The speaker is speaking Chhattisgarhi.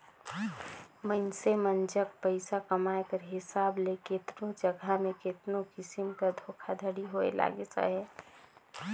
मइनसे मन जग पइसा कमाए कर हिसाब ले केतनो जगहा में केतनो किसिम कर धोखाघड़ी होए लगिस अहे